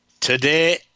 Today